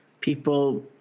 people